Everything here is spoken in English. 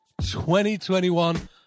2021